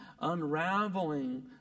unraveling